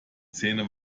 zähne